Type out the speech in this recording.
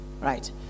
right